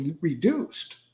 reduced